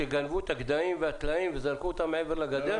שגנבו את הגדיים והטלאים וזרקו אותם מעבר לגדר?